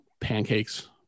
pancakes